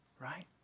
right